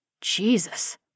Jesus